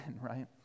right